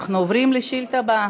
אנחנו עוברים לשאילתה הבאה,